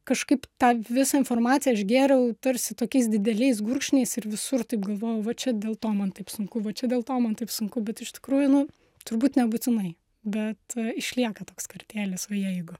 kažkaip tą visą informaciją aš gėriau tarsi tokiais dideliais gurkšniais ir visur taip galvojau va čia dėl to man taip sunku va čia dėl to man taip sunku bet iš tikrųjų nu turbūt nebūtinai bet išlieka toks kartėlis va jeigu